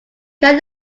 can